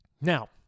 Now